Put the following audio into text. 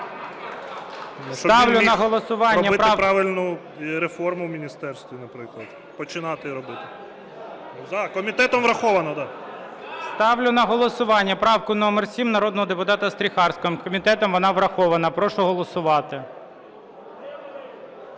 Ставлю на голосування правку номер 7 народного депутата Стріхарського. Комітетом вона врахована. Прошу голосувати.